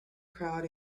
crowd